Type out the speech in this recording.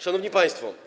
Szanowni Państwo!